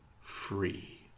free